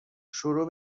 شروع